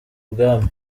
bwami